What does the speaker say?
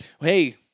hey